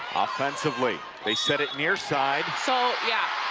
offensively, they set it near side. so, yeah,